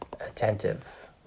attentive